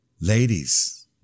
Ladies